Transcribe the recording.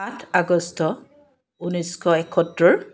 আঠ আগষ্ট ঊনৈছশ এসত্তৰ